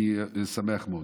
אני שמח מאוד.